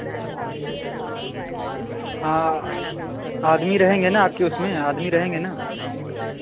हाँ आदमी रहेंगे ना आपकी उसमें आदमी रहेंगे ना